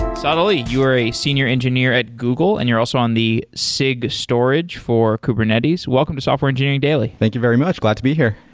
saad ali, you are a senior engineer at google and you're also on the sig storage for kubernetes. welcome to software engineering daily thank very much. glad to be here.